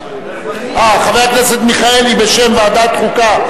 חבר הכנסת מיכאלי בשם ועדת חוקה,